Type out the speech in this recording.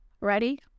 Ready